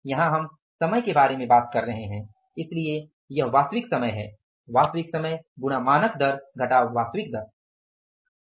यहां हम समय के बारे में बात कर रहे हैं इसलिए यह वास्तविक समय है वास्तविक समय गुणा मानक दर घटाव वास्तविक दर है